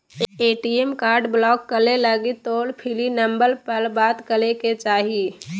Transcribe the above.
ATM card block करे लगी toll free number पर बात करे के चाही